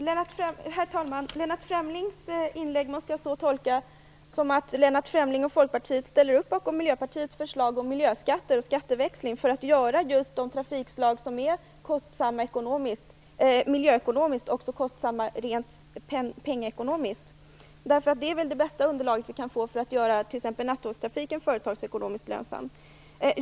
Herr talman! Lennart Fremlings inlägg måste jag tolka som att han och Folkpartiet ställer sig bakom Miljöpartiets förslag om miljöskatter och skatteväxling för att göra de trafikslag som är miljöekonomiskt rent penningekonomiskt. Det är väl det bästa underlag som vi kan få för att göra t.ex. nattågstrafiken företagsekonomiskt lönsam.